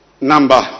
Number